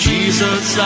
Jesus